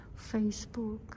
Facebook